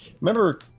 remember